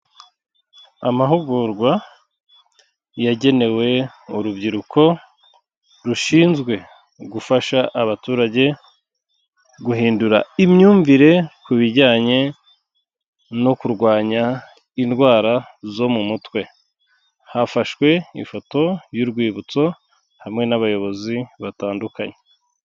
Amahugurwa yagenewe urubyiruko rushinzwe gufasha abaturage guhindura imyumvire ku bijyanye no kurwanya indwara zo mu mutwe, hafashwe ifoto y'urwibutso hamwe n'abayobozi batandukanye.